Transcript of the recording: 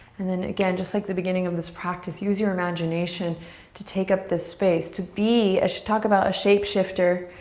and then again, just like the beginning of this practice, use your imagination to take up the space, to be, i should talk about a shapeshifter,